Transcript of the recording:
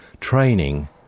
training